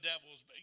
devils